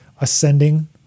ascending